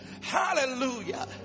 Hallelujah